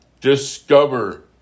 discover